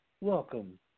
Welcome